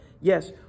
yes